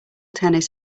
tennis